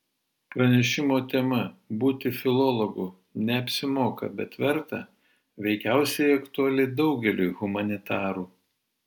pranešimo tema būti filologu neapsimoka bet verta veikiausiai aktuali daugeliui humanitarų